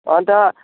अन्त